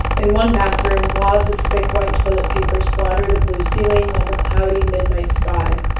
in one bathroom, wads of thick white toilet paper splatter the blue ceiling like a cloudy midnight sky.